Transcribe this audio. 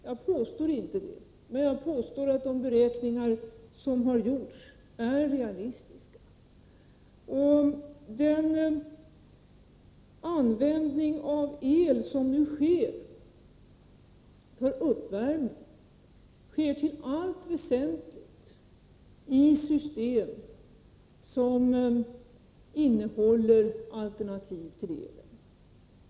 Jag påstår inte det, men jag påstår att de beräkningar som har gjorts är realistiska. Den användning av el som nu sker för uppvärmning sker till allt väsentligt i system som innehåller alternativ till el.